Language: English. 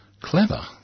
Clever